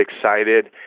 excited